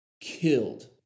killed